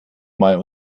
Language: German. mal